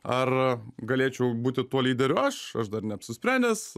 ar galėčiau būti tuo lyderiu aš aš dar neapsisprendęs